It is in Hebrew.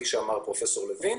כפי שאמר פרופ' לוין,